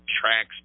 tracks